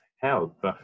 help